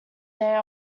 there